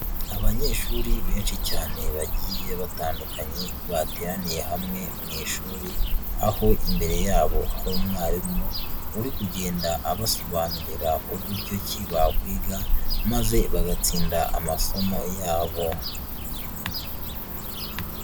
Abanyeshuri benshi cyane bagiye batandukanye bateraniye hamwe mu ishuri, aho imbere yabo hari umwarimu, uri kugenda abasobanurira uburyo ki bakwiga, maze bagatsinda amasomo yabo.